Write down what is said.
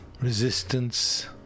resistance